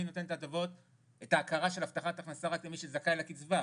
נותן את ההכרה של הבטחת הכנסה רק למי שזכאי לקצבה.